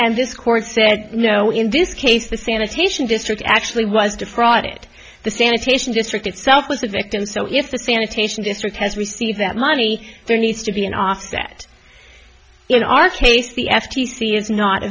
and this court said no in this case the sanitation district actually was defrauded the sanitation district itself was the victim so if the sanitation district has received that money there needs to be an offset you know our case the f t c is not a